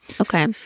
Okay